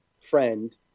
friend